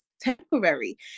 temporary